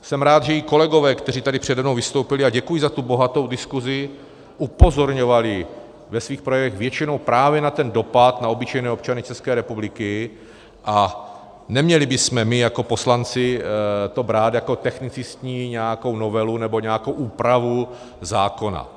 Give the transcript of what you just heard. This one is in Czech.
Jsem rád, že i kolegové, kteří tady přede mnou vystoupili, a děkuji za tu bohatou diskusi, upozorňovali ve svých projevech většinou právě na ten dopad na obyčejné občany České republiky, a neměli bychom my jako poslanci to brát jako technicistní nějakou novelu nebo nějakou úpravu zákona.